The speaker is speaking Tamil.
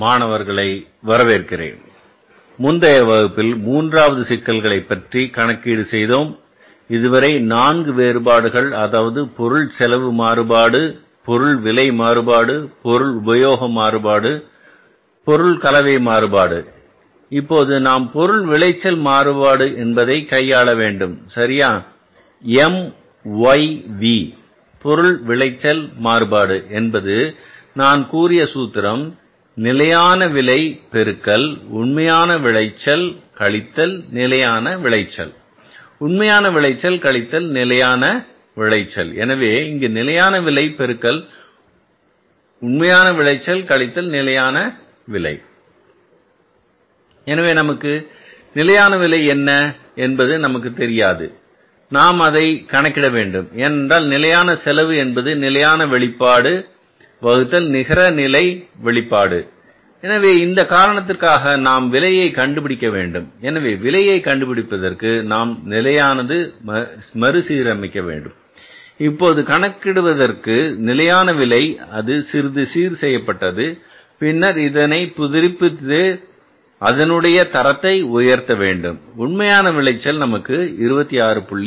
மாணவர்களை வரவேற்கிறேன் முந்தைய வகுப்பில் மூன்றாவது சிக்கலைப் பற்றி கணக்கீடு செய்தோம் இதுவரை நான்கு வேறுபாடுகள் அதாவது பொருள் செலவு மாறுபாடு பொருள் விலை மாறுபாடு பொருள் உபயோக மாறுபாடு பொருள் கலவை மாறுபாடு இப்போது நாம் பொருள் விளைச்சல் மாறுபாடு என்பதை கையாள வேண்டும் சரியா எம் ஒய் வி பொருள் விளைச்சல் மாறுபாடு என்பது நான் கூறிய சூத்திரம் நிலையான விலை பெருக்கல் உண்மையான விளைச்சல் கழித்தல் நிலையான விளைச்சல் உண்மையான விளைச்சல் கழித்தல் நிலையான உளைச்சல் எனவே இங்கே நிலையான விலை பெருக்கல் உண்மையான விளைச்சல் கழித்தல் நிலையான விலை எனவே நமக்கு நிலையான விலை என்ன என்பது நமக்கு தெரியாது நாம் அதை கணக்கிட வேண்டும் ஏனென்றால் நிலையான செலவு என்பது நிலையான வெளிப்பாடு வகுத்தல் நிகர நிலை வெளிப்பாடு எனவே இந்த காரணத்திற்காக நாம் விலையை கண்டுபிடிக்க வேண்டும் எனவே விலையை கண்டுபிடிப்பதற்கு நாம் நிலையானது மறு சீரமைக்க வேண்டும் இப்போது நாம் கணக்கிடுவதற்கு நிலையான விலை அது சிறிது சீர் செய்யப்பட்டது பின்னர் இதனைப் புதுப்பித்து அதனுடைய தரத்தை உயர்த்த வேண்டும் உண்மையான விளைச்சல் நமக்கு 26